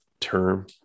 term